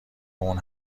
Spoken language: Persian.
اون